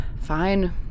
Fine